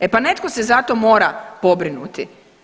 E pa netko se za to mora pobrinuti.